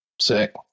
Sick